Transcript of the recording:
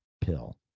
Pill